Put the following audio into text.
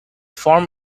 form